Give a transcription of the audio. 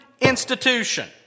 institution